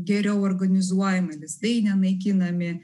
geriau organizuojama lizdai nenaikinami